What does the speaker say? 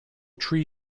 tree